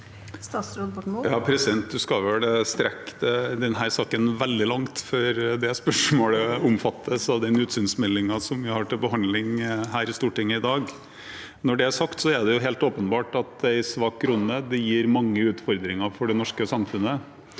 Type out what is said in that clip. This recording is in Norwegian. Statsråd Ola Borten Moe Man skal strekke denne saken veldig langt for at det spørsmålet omfattes av den utsynsmeldingen vi har til behandling i Stortinget i dag. Når det er sagt, er det helt åpenbart at en svak krone gir mange utfordringer for det norske samfunnet.